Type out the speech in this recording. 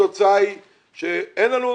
התוצאה היא שאין לנו,